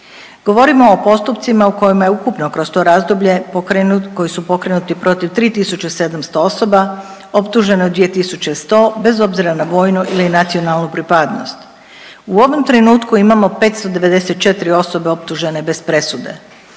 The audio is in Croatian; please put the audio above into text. Govorimo o postupcima u kojima je ukupno kroz to razdoblje pokrenut, koji su pokrenuti protiv 3700 osoba, optuženo je 2100, bez obzira na vojnu ili nacionalnu pripadnost. U ovom trenutku imamo 594 osobe optužene bez presude.